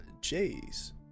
Jay's